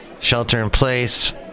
shelter-in-place